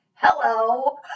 hello